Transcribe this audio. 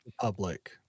public